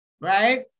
right